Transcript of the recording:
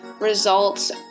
results